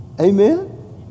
Amen